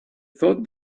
thought